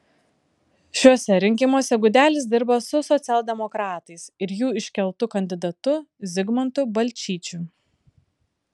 šiuose rinkimuose gudelis dirba su socialdemokratais ir jų iškeltu kandidatu zigmantu balčyčiu